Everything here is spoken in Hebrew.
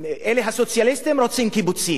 אלה הסוציאליסטים רוצים קיבוצים,